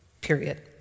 period